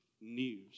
news